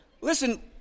Listen